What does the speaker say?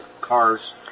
cars